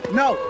no